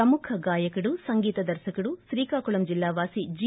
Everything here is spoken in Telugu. ప్రముఖ గాయకుడు సంగీత దర్పకుడు శ్రీకాకుళం జిల్లా వాసి జి